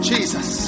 Jesus